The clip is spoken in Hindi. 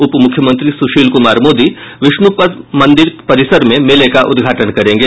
उपमुख्यमंत्री सुशील कुमार मोदी विष्णुपद मंदिर के परिसर में मेले का उद्घाटन करेंगे